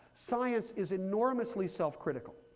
science is enormously self critical.